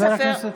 אי-אפשר ככה.